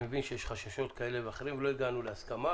אני מבין שיש חששות ולא הגענו להסכמה.